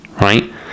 right